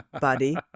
buddy